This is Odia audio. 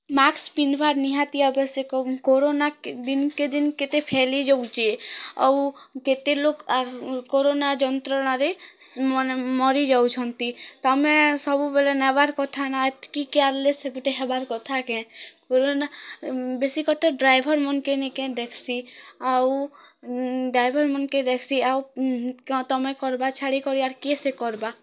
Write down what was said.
ମାସ୍କ ପିନ୍ଧିବାର୍ ନିହାତି ଆବଶ୍ୟକ କୋରନା ଦିନ୍ କେ ଦିନ୍ କେତେ ଫେଲି ଯାଉଛି ଆଉ କେତେ ଲୋକ୍ କୋରନା ଯନ୍ତ୍ରଣାରେ ମରି ଯାଉଛନ୍ତି ତମେ ସବୁବେଲେ ନେବାର୍ କଥା ନା ଏତିକି କେୟାରଲେସ୍ ଗୁଟେ ହେବାର୍ କଥା କେ କୋରନା ବେଶୀ କରତେ ଡ୍ରାଇଭର୍ମାନ୍କେ ନିକେ ଦେଖ୍ସି ଆଉ ଡ୍ରାଇଭର୍ମାନ୍କେ ଦେଖ୍ସି ଆଉ ତମେ କର୍ବା ଛାଡ଼ି କରି ଆଉ କିଏ ସେ କର୍ବା